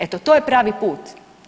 Eto to je pravi put.